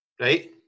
Right